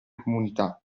comunità